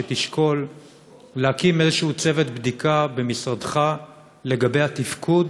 שתשקול להקים איזה צוות בדיקה במשרדך לגבי התפקוד